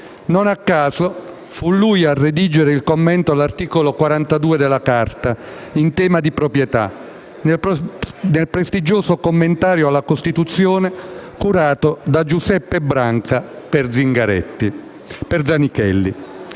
Non a caso, fu lui a redigere il commento all'articolo 42 della Carta, in tema di proprietà, nel prestigioso «Commentario alla Costituzione» curato da Giuseppe Branca per Zanichelli.